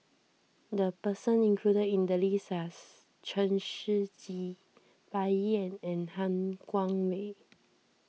the person included in the list are Chen Shiji Bai Yan and Han Guangwei